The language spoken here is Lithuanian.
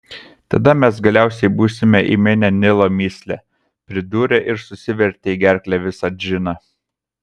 tada mes galiausiai būsime įminę nilo mįslę pridūrė ir susivertė į gerklę visą džiną